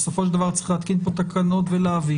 בסופו של דבר צריך להתקין את התקנות ולהביא,